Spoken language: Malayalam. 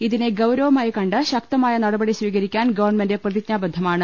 ഇതിനെ ഗൌരവമായി കണ്ട് ശക്തമായ നടപടി സ്വീകരിക്കാൻ ഗവൺമെന്റ് പ്രതിജ്ഞാബദ്ധമാണ്